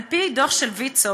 על-פי דוח של ויצו,